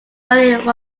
running